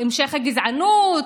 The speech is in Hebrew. ולכן העסק שלך יכול